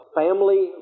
family